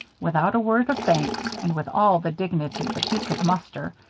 without a word of thanks, and with all the dignity that he could muster,